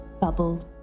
bubble